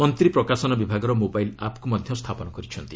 ମନ୍ତ୍ରୀ ପ୍ରକାଶନ ବିଭାଗର ମୋବାଇଲ୍ ଆପ୍କୁ ମଧ୍ୟ ସ୍ଥାପନ କରିଛନ୍ତି